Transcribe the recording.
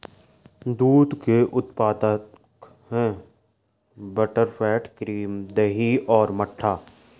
दूध के उत्पाद हैं बटरफैट, क्रीम, दही और मट्ठा